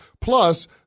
Plus